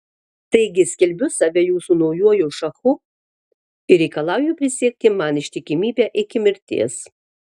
taigi skelbiu save jūsų naujuoju šachu ir reikalauju prisiekti man ištikimybę iki mirties